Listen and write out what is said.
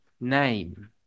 name